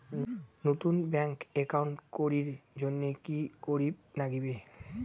নতুন bank account করির জন্যে কি করিব নাগিবে?